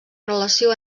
relació